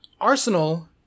Arsenal